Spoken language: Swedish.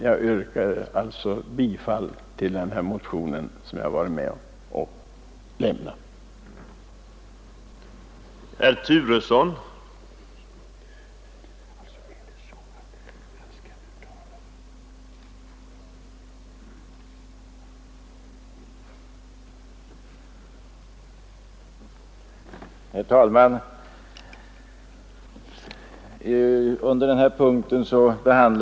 Jag yrkar alltså bifall till den motion som jag varit med om att väcka.